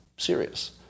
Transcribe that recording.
serious